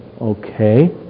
okay